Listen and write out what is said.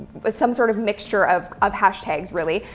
but some sort of mixture of of hashtags really.